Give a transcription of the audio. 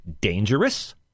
dangerous